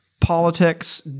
Politics